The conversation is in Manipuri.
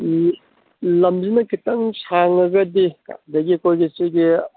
ꯂꯝꯁꯤꯅ ꯈꯤꯇꯪ ꯁꯥꯡꯉꯒꯗꯤ ꯑꯗꯒꯤ ꯑꯩꯈꯣꯏꯒꯤ ꯁꯤꯒꯤ